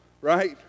right